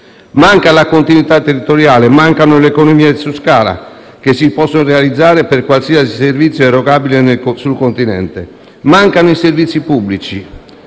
Manca la continuità territoriale, mancano le economie su scala che si possono realizzare per qualsiasi servizio erogabile sul continente. Mancano i servizi pubblici,